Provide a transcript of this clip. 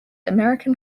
american